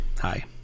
Hi